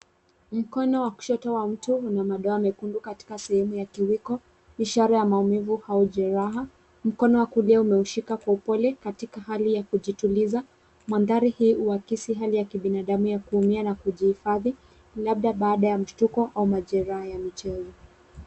Mkono wa kushoto wa mtu una madoa mekundu katika sehemu ya kiwiko ishara ya maumivu au jereha, mkono wa kulia umeishika kwa upole katika hali ya kujituliza. Mandhari hii huakisi hali ya kibinadamu ya kuumia na kujihifadhi labda baada ya mshtuko au majereha ya michezo.